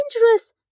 dangerous